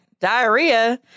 diarrhea